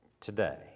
today